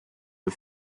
for